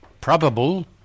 Probable